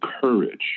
courage